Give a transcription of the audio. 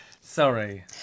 Sorry